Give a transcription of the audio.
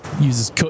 uses